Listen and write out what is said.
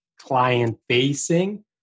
client-facing